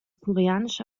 koreanische